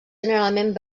generalment